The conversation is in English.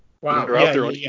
Wow